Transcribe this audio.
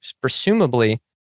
presumably